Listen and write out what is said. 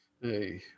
hey